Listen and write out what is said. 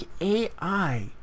AI